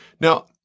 Now